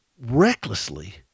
recklessly